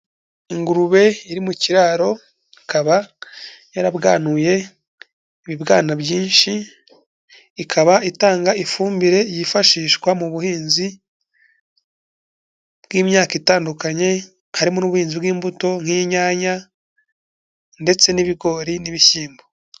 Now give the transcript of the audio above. Ingurube iri mu kiraro ikaba yarabwanuye ibibwana byinshi, ikaba itanga ifumbire yifashishwa mu buhinzi bw'imyaka itandukanye harimo ubuhinzi bw'imbuto nk'inyanya ndetse n'ibigori n'ibishyimbo.